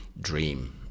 dream